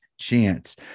chance